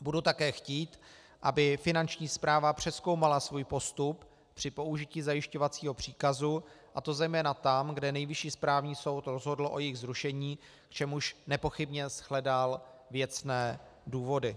Budu také chtít, aby Finanční správa přezkoumala svůj postup při použití zajišťovacího příkazu, a to zejména tam, kde Nejvyšší správní soud rozhodl o jejich zrušení, k čemuž nepochybně shledal věcné důvody.